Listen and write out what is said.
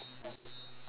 okay